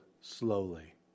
slowly